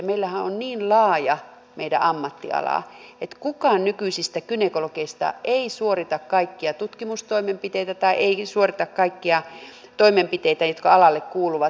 meillähän on niin laaja meidän ammattiala että kukaan nykyisistä gynekologeista ei suorita kaikkia tutkimustoimenpiteitä tai ei suorita kaikkia toimenpiteitä jotka alalle kuuluvat